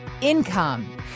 income